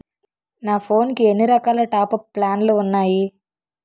నా ఫోన్ కి ఎన్ని రకాల టాప్ అప్ ప్లాన్లు ఉన్నాయి?